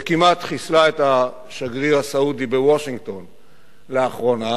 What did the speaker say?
וכמעט חיסלה את השגריר הסעודי בוושינגטון לאחרונה,